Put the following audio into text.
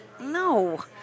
No